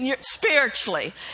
Spiritually